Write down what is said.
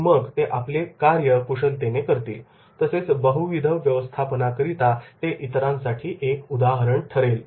आणि मग ते आपले कार्यकुशलतेने करतील तसेच बहुविध व्यवस्थापनाकरता ते इतरांसाठी एक उदाहरण ठरेल